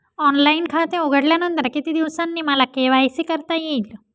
Online खाते उघडल्यानंतर किती दिवसांनी मला के.वाय.सी करता येईल?